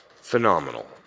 phenomenal